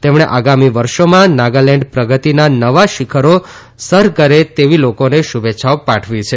તેમણે આગામી વર્ષોમાં નાગાલેન્ડ પ્રગતિના નવા શીખર સરકારે તેવી લાકાબે શુભેચ્છાઓ પાઠવી છે